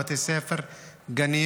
גם בתי הספר והגנים,